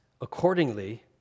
Accordingly